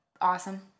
Awesome